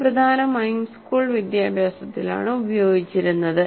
ഇത് പ്രധാനമായും സ്കൂൾ വിദ്യാഭ്യാസത്തിലാണ് ഉപയോഗിച്ചിരുന്നത്